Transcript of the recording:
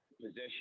position